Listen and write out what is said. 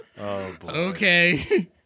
Okay